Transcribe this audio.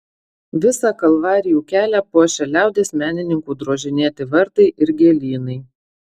visą kalvarijų kelią puošia liaudies menininkų drožinėti vartai ir gėlynai